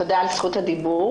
תודה על זכות הדיבור,